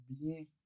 BIEN